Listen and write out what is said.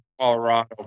Colorado